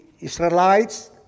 Israelites